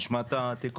נשמע את התיקון